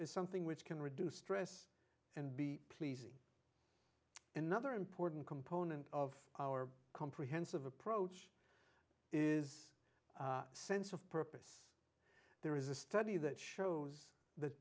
is something which can reduce stress and be pleasing another important component of our comprehensive approach is a sense of purpose there is a study that shows that